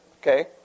Okay